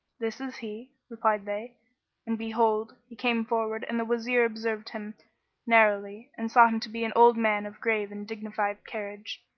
this is he, replied they and behold, he came forward and the wazir observed him narrowly and saw him to be an old man of grave and dignified carriage,